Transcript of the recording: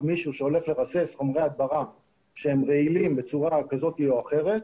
מישהו שהולך לרסס חומרי הדברה שהם רעילים בצורה כזאת או אחרת,